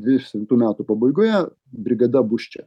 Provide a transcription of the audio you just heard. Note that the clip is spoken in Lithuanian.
dvidešimtų metų pabaigoje brigada bus čia